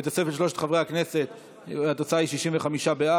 בתוספת שלושת חברי הכנסת התוצאה היא 65 בעד,